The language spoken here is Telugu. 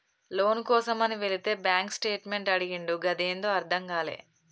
లోను కోసమని వెళితే బ్యాంక్ స్టేట్మెంట్ అడిగిండు గదేందో అర్థం గాలే